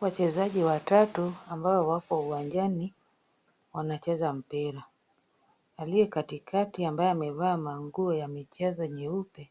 Wachezaji watatu ambao wako uwanjani wanacheza mpira ,aliye katikati ambaye amevaa manguo ya michezo nyeupe